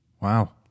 wow